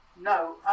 No